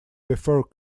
before